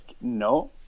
no